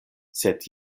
sed